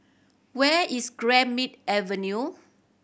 where is Greenmead Avenue